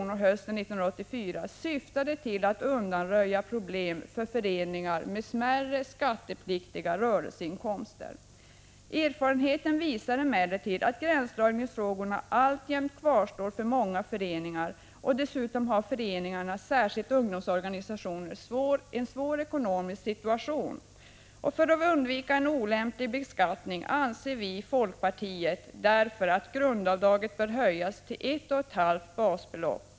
hösten 1984 syftade till att undanröja problem för föreningar med smärre skattepliktiga rörelseinkomster. Erfarenheten visar emellertid att gränsdragningsfrågan alltjämt kvarstår för många föreningar. Dessutom har föreningarna, särskilt ungdomsorganisationerna, en svår ekonomisk situation. För att undvika en olämplig beskattning anser vi i folkpartiet att grundavdraget bör höjas till ett och ett halvt basbelopp.